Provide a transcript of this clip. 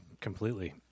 completely